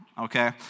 okay